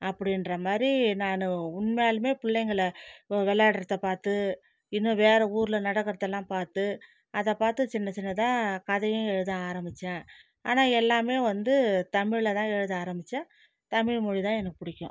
அப்படின்ற மாதிரி நான் உண்மையாலுமே பிள்ளைங்கள விளையாடறத பார்த்து இன்னும் வேறே ஊரில் நடக்கிறதெல்லாம் பார்த்து அதை பார்த்து சின்ன சின்னதாக கதையும் எழுத ஆரமித்தேன் ஆனால் எல்லாமே வந்து தமிழில் தான் எழுத ஆரமித்தேன் தமிழ்மொழி தான் எனக்கு பிடிக்கும்